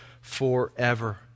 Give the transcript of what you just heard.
forever